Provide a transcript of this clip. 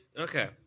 Okay